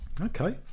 Okay